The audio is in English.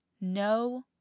no